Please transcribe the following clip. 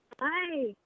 Hi